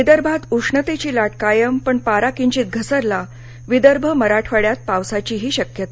विदर्भात उष्णतेची लाट कायम पण पारा किंचित घसरला विदर्भ मराठवाड्यात पावसाचीही शक्यता